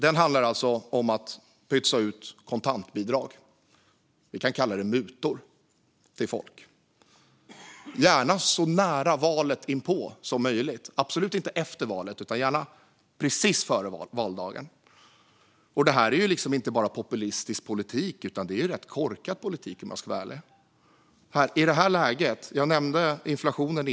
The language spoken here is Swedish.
Den handlar om att pytsa ut kontantbidrag till folk - vi kan kalla det mutor - gärna så nära inpå valet som möjligt. Det ska absolut inte göras efter valet men gärna precis före valdagen. Det här är inte bara populistisk politik utan också rätt korkad politik om jag ska vara ärlig. Jag nämnde inflationen.